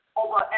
over